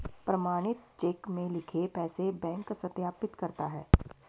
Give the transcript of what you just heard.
प्रमाणित चेक में लिखे पैसे बैंक सत्यापित करता है